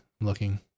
Looking